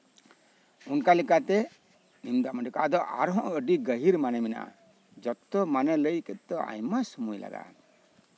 ᱚᱱᱠᱟ ᱞᱮᱠᱟᱛᱮ ᱱᱤᱢ ᱫᱟᱜ ᱢᱟᱹᱰᱤ ᱟᱨᱦᱚᱸ ᱟᱹᱰᱤ ᱜᱟᱹᱦᱤᱨ ᱢᱟᱱᱮ ᱢᱮᱱᱟᱜᱼᱟ ᱡᱚᱛᱚ ᱢᱟᱱᱮ ᱞᱟᱹᱭ ᱛᱮᱫᱚ ᱟᱭᱢᱟ ᱥᱚᱢᱚᱭ ᱞᱟᱜᱟᱜᱼᱟ